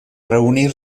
reunir